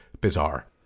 bizarre